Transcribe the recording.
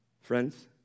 Friends